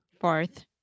Fourth